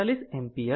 241 ampere આવે છે